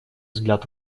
взгляд